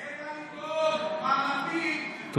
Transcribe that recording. אין מה לדאוג, מר לפיד, יש לך תעודת, הכול בסדר.